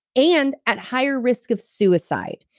and at higher risk of suicide.